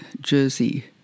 Jersey